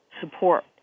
support